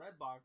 Redbox